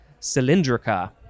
cylindrica